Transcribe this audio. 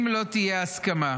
הסכמה,